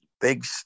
big